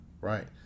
Right